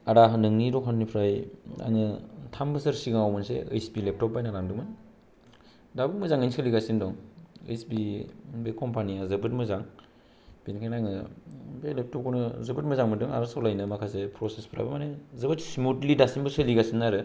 आदा नोंनि दखाननिफ्राय आङो थाम बोसोर सिगाङाव मोनसे ओइस पि लेपटप बायनानै लांदोंमोन दाबो मोजांङैनो सोलिगासिनो दं ओइस पि बे कम्पानिआ जोबोद मोजां बेनिखायनो आङो बे लेपटपखौनो जोबोद मोजां मोनदों आरो सलायनो माखासे प्रसेसफोराबो माने जोबोद स्मुथलि दासिमबो सोलिगासिनो आरो